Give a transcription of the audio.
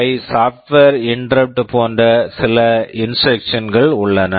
ஐ SWI software interrupt software interrupt போன்ற சில instructions instructions கள் உள்ளன